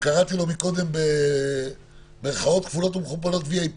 שקראתי לו קודם במירכאות מסלול VIP,